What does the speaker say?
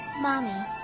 Mommy